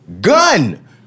gun